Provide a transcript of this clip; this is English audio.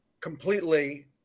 completely